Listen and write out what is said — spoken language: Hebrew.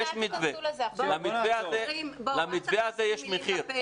למתווה הזה יש מחיר.